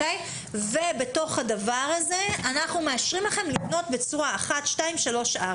ובתוך הדבר הזה מאשרים להם לבנות בצורה מסוימת.